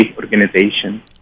organization